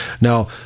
Now